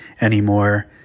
anymore